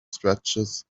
stretches